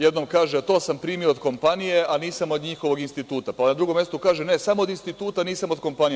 Jednom kaže – to sam primio od kompanije, a nisam od njihovog instituta, pa na drugom mestu kaže – ne, samo od instituta nisam od kompanije.